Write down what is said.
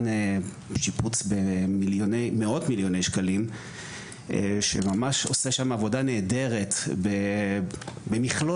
שיפוץ במאות מיליוני שקלים שממש עושה שם עבודה נהדרת במכלול